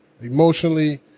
emotionally